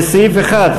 לסעיף 1,